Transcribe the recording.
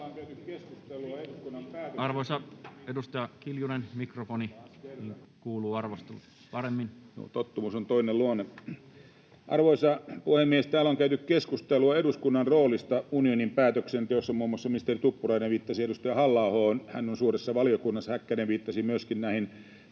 elpymispakettiin Time: 16:21 Content: Joo, tottumus on toinen luonne. Arvoisa puhemies! Täällä on käyty keskustelua eduskunnan roolista unionin päätöksenteossa. Muun muassa ministeri Tuppurainen viittasi edustaja Halla-ahoon. Hän on suuressa valiokunnassa. Häkkänen viittasi myöskin siihen,